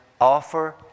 offer